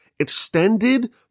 extended